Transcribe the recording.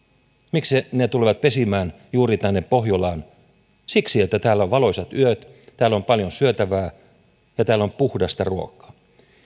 miksi ne ne tulevat pesimään juuri tänne pohjolaan siksi että täällä ovat valoisat yöt täällä on paljon syötävää ja täällä on puhdasta ruokaa